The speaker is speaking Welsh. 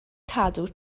cadw